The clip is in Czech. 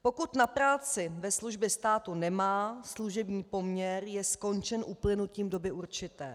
Pokud na práci ve službě státu nemá, služební poměr je skončen uplynutím doby určité.